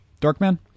Darkman